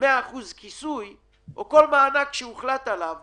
במאה אחוז כיסוי או כל מענק שהוחלט עליו